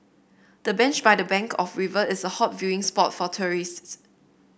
the bench by the bank of river is a hot viewing spot for tourists